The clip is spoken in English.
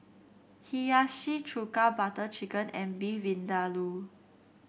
Hiyashi Chuka Butter Chicken and Beef Vindaloo